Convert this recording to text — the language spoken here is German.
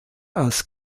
als